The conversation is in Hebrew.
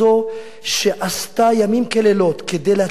שעשתה ימים כלילות כדי להטריד את מנוחתו